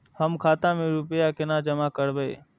हम खाता में रूपया केना जमा करबे?